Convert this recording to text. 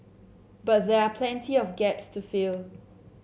but there are plenty of gaps to fill